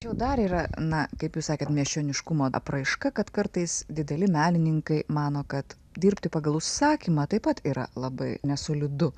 jų dar yra na kaip jūs sakėt miesčioniškumo apraiška kad kartais dideli menininkai mano kad dirbti pagal užsakymą taip pat yra labai nesolidu